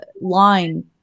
line